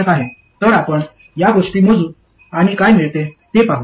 तर आपण या गोष्टी मोजू आणि काय मिळते ते पाहू